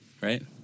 right